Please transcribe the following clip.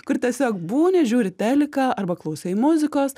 kur tiesiog būni žiūri teliką arba klausai muzikos